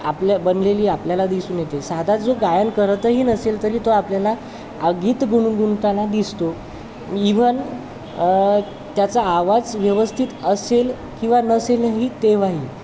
आपल्या बनलेली आपल्याला दिसून येते साधा जो गायन करतही नसेल तरी तो आपल्याला गीत गुणगुणताना दिसतो इव्हन त्याचा आवाज व्यवस्थित असेल किंवा नसेलही तेव्हाही